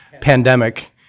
pandemic